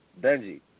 Benji